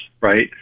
right